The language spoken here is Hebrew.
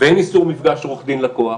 ואין איסור מפגש עורך דין-לקוח.